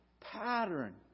pattern